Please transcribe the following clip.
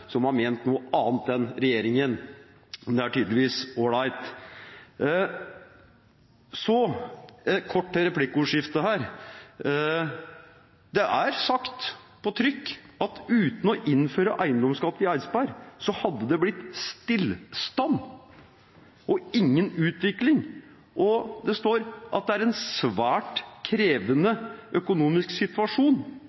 som har ment noe annet enn regjeringen. Det er tydeligvis greit. Kort til replikkordskiftet: Det står på trykk at uten å innføre eiendomsskatt i Eidsberg hadde det blitt stillstand og ingen utvikling, og at det er en svært krevende